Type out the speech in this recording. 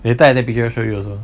later I take picture show you also